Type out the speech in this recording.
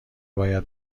باید